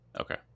Okay